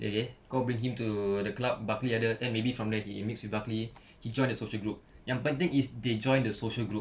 okay kau bring him to the club buckley ada then maybe from there he mix with buckley he joins the social group yang penting is they join the social group